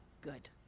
good